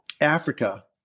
Africa